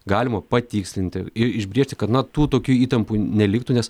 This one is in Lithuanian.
galima patikslinti ir išbriežti kad nuo tų tokių įtampų neliktų nes